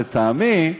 לטעמי,